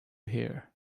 here